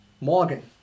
Morgan